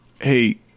Hey